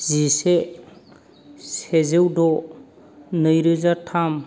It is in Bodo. जिसे सेजौ द' नैरोजा थाम